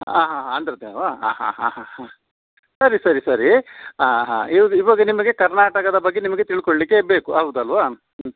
ಆಂ ಹಾಂ ಹಾಂ ಆಂಧ್ರ ಅಲ್ಲವಾ ಹಾಂ ಹಾಂ ಹಾಂ ಹಾಂ ಹಾಂ ಸರಿ ಸರಿ ಸರಿ ಆಂ ಹಾಂ ಇವ್ರು ಇವಾಗ ನಿಮಗೆ ಕರ್ನಾಟಕದ ಬಗ್ಗೆ ನಿಮಗೆ ತಿಳ್ಕೊಳ್ಳಲಿಕ್ಕೆ ಬೇಕು ಹೌದು ಅಲ್ಲವಾ ಹ್ಞೂ